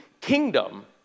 kingdom